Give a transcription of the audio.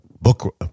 book